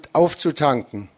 aufzutanken